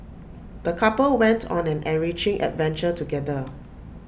the couple went on an enriching adventure together